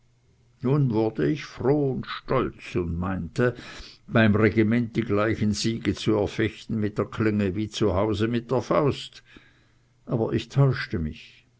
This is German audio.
nun wurde ich froh und stolz und meinte beim regiment die gleichen siege zu erfechten mit der klinge wie zu hause mit der faust aber ich täuschte mich